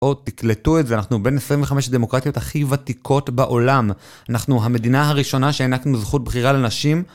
תקלטו את זה, אנחנו בין 25 הדמוקרטיות הכי ותיקות בעולם. אנחנו המדינה הראשונה שהענקנו זכות בחירה לנשים.